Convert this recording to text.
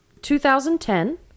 2010